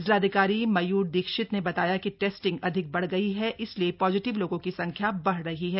जिलाधिकारी मयूर दीक्षित ने बताया है की टेस्टिंग अधिक बढ़ गई है इसलिए पॉजिटिव लोगों की संख्या बढ़ रही है